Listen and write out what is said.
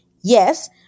yes